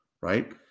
right